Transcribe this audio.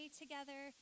together